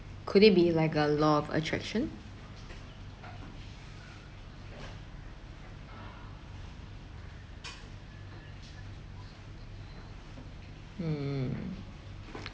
could it be like a law of attraction mm